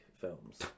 films